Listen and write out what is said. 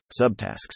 subtasks